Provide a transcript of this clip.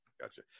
Gotcha